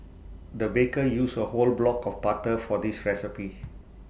the baker used A whole block of butter for this recipe